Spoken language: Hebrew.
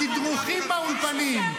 התדרוכים באולפנים,